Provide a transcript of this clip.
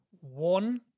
one